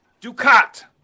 Ducat